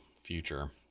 future